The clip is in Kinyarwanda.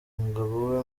umugabo